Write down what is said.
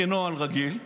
כנוהל רגיל,